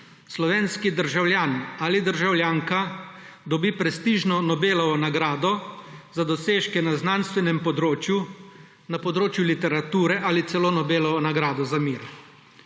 slovenski državljan ali državljanka dobi prestižno Nobelovo nagrado za dosežke na znanstvenem področju, na področju literature ali celo Nobelovo nagrado za mir.